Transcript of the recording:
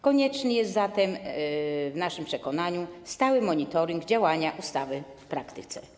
Konieczny jest zatem w naszym przekonaniu stały monitoring działania ustawy w praktyce.